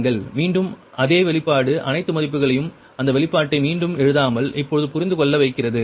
மீண்டும் அதே வெளிப்பாடு அனைத்து மதிப்புகளையும் அந்த வெளிப்பாட்டை மீண்டும் எழுதாமல் இப்போது புரிந்து கொள்ள வைக்கிறது